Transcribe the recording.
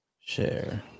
Share